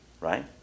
right